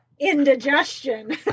indigestion